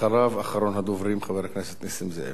אחריו, אחרון הדוברים, חבר הכנסת נסים זאב.